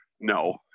no